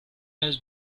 has